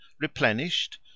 replenished